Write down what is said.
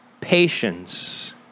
patience